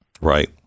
Right